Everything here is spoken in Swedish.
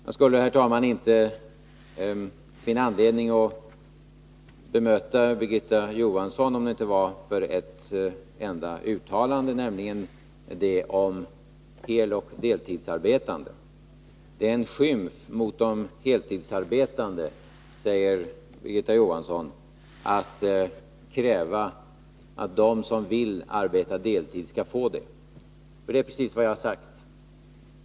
Jag skulle, herr talman, inte finna anledning att bemöta Birgitta Johanssons anförande om det inte var för ett enda uttalande, nämligen det om heloch deltidsarbetande. Det är en skymf mot de heltidsarbetande att kräva att de som vill arbeta deltid skall få det, säger Birgitta Johansson.